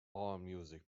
allmusic